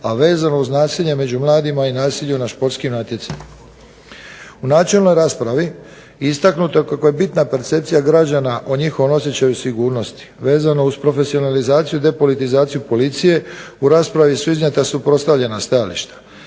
a vezano uz nasilje među mladima i nasilju na športskim natjecanjima. U načelnoj raspravi istaknuto je kako je bitna percepcija građana o njihovom osjećaju sigurnosti vezano uz profesionalizaciju, depolitizaciju policije. U raspravi su iznijeta suprotstavljena stajališta.